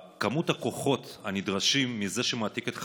הכוחות הנדרשים מזה שמעתיק את חייו,